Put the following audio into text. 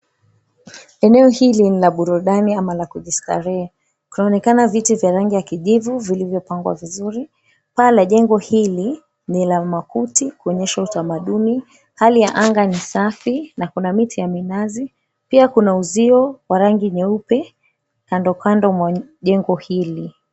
Eneo hili ni la burudani ama la kujistarehe, kunaonekana viti vya rangi ya kijivu vilivyopangwa vizuri. Paa la jengo hili ni la makuti kuonyesha utamaduni. Hali ya anga ni safi na kuna miti ya minazi. Pia kuna uzio wa rangi nyeupe kandokando mwa jengo hili.